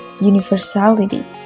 universality